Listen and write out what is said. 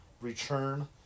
return